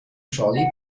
trolley